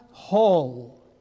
hall